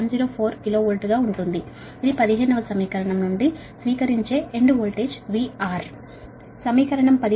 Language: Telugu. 104 KV గా ఉంటుంది ఇది స్వీకరించే ఎండ్ వోల్టేజ్ VR 15 వ సమీకరణం నుండి